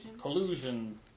Collusion